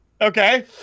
Okay